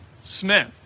Smith